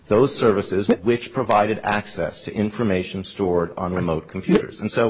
those services which provided access to information stored on remote computers and so